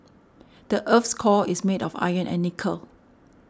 the earth's core is made of iron and nickel